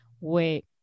wait